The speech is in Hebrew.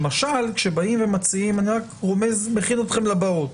למשל כשבאים ומציעים אני רק מכין אתכם לבאות